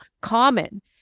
common